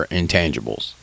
intangibles